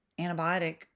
antibiotic